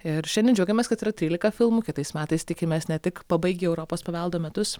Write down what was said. ir šiandien džiaugiamės kad yra trylika filmų kitais metais tikimės ne tik pabaigę europos paveldo metus